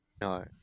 No